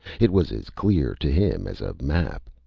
it was as clear to him as a map.